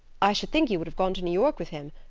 i should think you would have gone to new york with him,